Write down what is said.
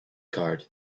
card